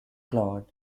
claude